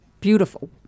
beautiful